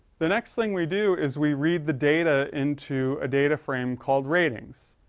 the next thing we do is we read the data into a data frame called ratings.